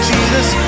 Jesus